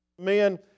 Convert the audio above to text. men